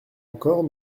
encore